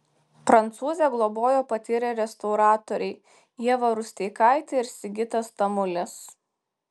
prancūzę globojo patyrę restauratoriai ieva rusteikaitė ir sigitas tamulis